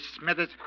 Smithers